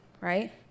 right